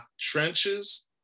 trenches